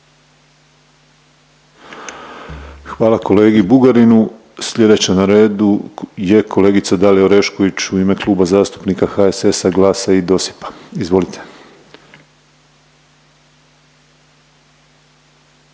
Hvala kolegi Bugarinu. Slijedeća na redu je kolegica Dalija Orešković u ime Kluba zastupnika HSS-a, GLAS-a i DOSIP-a, izvolite.